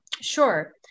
Sure